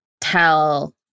tell